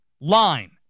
line